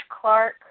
Clark